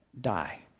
Die